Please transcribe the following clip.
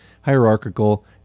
hierarchical